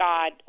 God